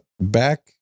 back